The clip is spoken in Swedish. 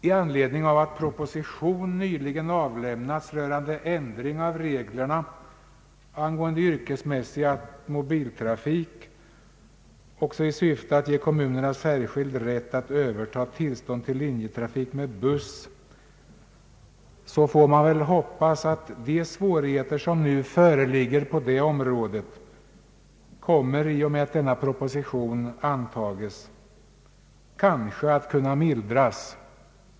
I anledning av att proposition nyligen avlämnats rörande ändring av reglerna angående yrkesmässig automobiltrafik också i syfte att ge kommunerna särskild rätt att överta tillstånd till linjetrafik med buss får man hoppas att de svårigheter som nu föreligger på det området kanske kommer att kunna mildras i och med att propositionen antas. Herr talman!